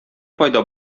файда